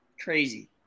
crazy